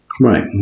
Right